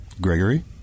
Gregory